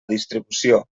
distribució